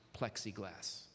plexiglass